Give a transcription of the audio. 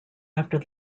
after